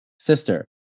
sister